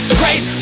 great